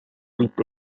with